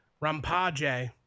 Rampage